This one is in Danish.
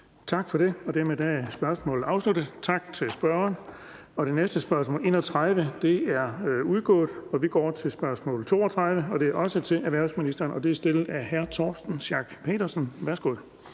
Tak for det. Dermed er spørgsmålet afsluttet. Tak til spørgeren. Det næste spørgsmål, spørgsmål nr. 31, er udgået, så vi går til spørgsmål nr. 32 (S 973), og det er også til erhvervsministeren, og det er stillet af hr. Torsten Schack Pedersen. Kl.